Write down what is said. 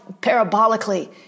parabolically